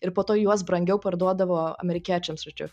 ir po to juos brangiau parduodavo amerikiečiams žodžiu